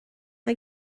mae